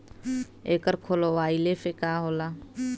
एकर खोलवाइले से का होला?